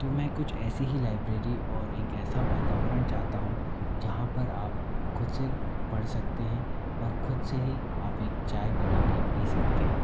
तो मैं कुछ ऐसी ही लाइब्रेरी और एक ऐसा वातावरण चाहता हूँ जहाँ पर आप खुद से पढ़ सकते हें और खुद से ही आप एक चाय बना के पी सकते हैं